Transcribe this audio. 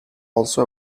also